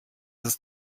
ist